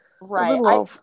Right